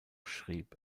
schrieb